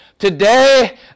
Today